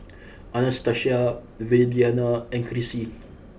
Anastacia Viridiana and Krissy